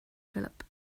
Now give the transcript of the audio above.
phillip